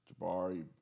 Jabari